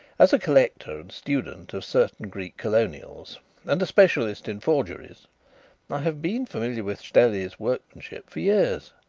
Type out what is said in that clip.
as a collector and student of certain greek colonials and a specialist in forgeries i have been familiar with stelli's workmanship for years.